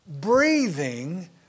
breathing